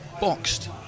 boxed